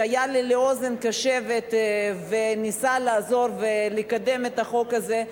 שהיה לי לאוזן קשבת וניסה לעזור ולקדם את הצעת החוק.